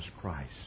Christ